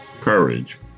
courage